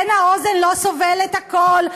כן, האוזן לא סובלת הכול.